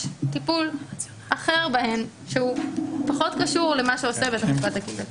טיפול אחר בהן שהוא פחות קשור למה שעושה בית המשפט הקהילתי.